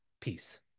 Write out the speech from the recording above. peace